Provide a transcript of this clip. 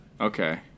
Okay